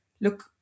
look